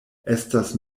estas